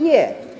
Nie.